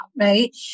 right